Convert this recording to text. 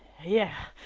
yeah,